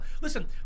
Listen